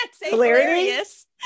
hilarious